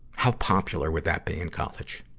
how popular would that be in college.